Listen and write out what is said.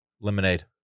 Lemonade